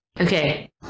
okay